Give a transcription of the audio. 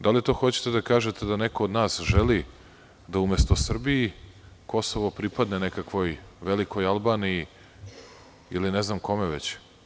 Da li to hoćete da kažete da neko od nas želi da, umesto Srbiji, Kosovo pripadne nekakvoj velikoj Albaniji ili ne znam kome već?